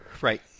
Right